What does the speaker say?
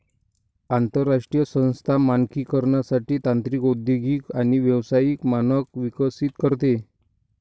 आंतरराष्ट्रीय संस्था मानकीकरणासाठी तांत्रिक औद्योगिक आणि व्यावसायिक मानक विकसित करते